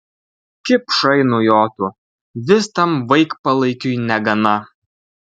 kipšai nujotų vis tam vaikpalaikiui negana